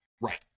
Right